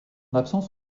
absence